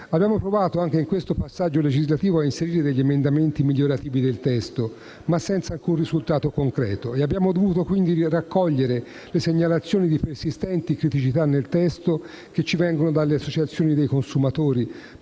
autotrasporti. Anche in questo passaggio legislativo abbiamo provato a inserire degli emendamenti migliorativi del testo, ma senza alcun risultato concreto. E abbiamo dovuto quindi raccogliere le segnalazioni di persistenti criticità del testo che ci vengono dalle associazioni dei consumatori,